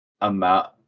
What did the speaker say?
amount